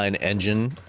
engine